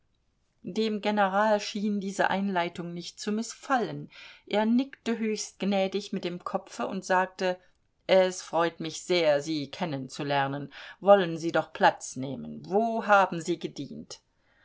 dem general schien diese einleitung nicht zu mißfallen er nickte höchst gnädig mit dem kopfe und sagte es freut mich sehr sie kennenzulernen wollen sie doch platz nehmen wo haben sie gedient